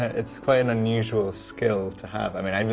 it's quite an unusual skill to have. i mean i mean,